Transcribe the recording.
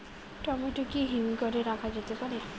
Tomato কি হিমঘর এ রাখা যেতে পারে?